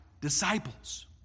disciples